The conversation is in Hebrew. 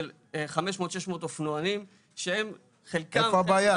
של 500-600 אופנוענים שהם חלקם -- איפה הבעיה?